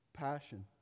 Passion